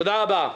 תודה רבה.